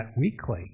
weekly